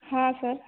हां सर